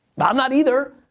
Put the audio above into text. not not either.